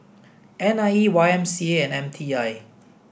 N I E Y M C A and M T I